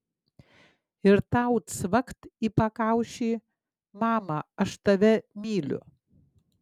ir tau cvakt į pakaušį mama aš tave myliu